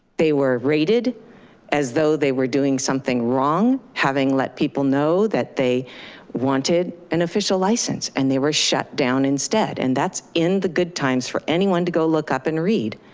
they were raided as though they were doing something wrong, having let people know that they wanted an official license and they were shut down instead, and that's in the good times for anyone to go look up and read.